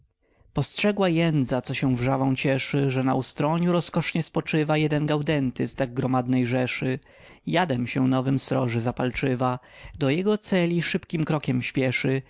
postrzegła jędza co się wrzawą cieszy że na ustroniu rozkosznie spoczywa jeden gaudenty z tak gromadnej rzeszy jadem się nowym sroży zapalczywa do jego celi szybkim krokiem śpieszy